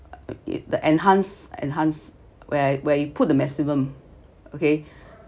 the enhanced enhanced where where you put the maximum okay